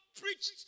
preached